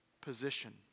position